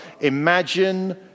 Imagine